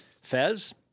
Fez